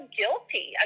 guilty